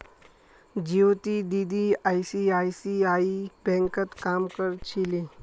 ज्योति दीदी आई.सी.आई.सी.आई बैंकत काम कर छिले